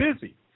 busy